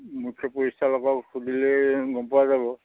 মুখ্য পৰিচালকক সুধিলেই গম পোৱা যাব